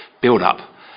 build-up